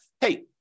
hey